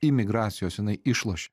imigracijos jinai išloš